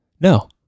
No